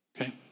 Okay